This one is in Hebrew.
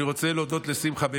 אני רוצה להודות לשמחה,